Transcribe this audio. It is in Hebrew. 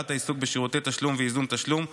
העיסוק בשירותי תשלום וייזום תשלום,